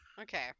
Okay